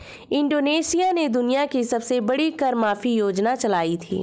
Indonesia ने दुनिया की सबसे बड़ी कर माफी योजना चलाई थी